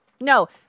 No